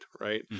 right